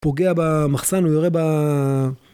פוגע במחסן, הוא יורה ב...